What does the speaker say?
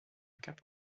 cap